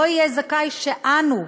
לא יהיה זכאי שאנו,